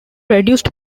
reduced